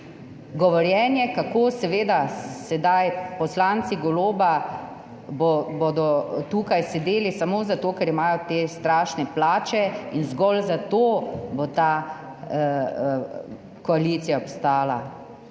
govorjenje, kako bodo sedaj poslanci Goloba tukaj sedeli samo zato, ker imajo te strašne plače, in zgolj zato bo ta koalicija obstala.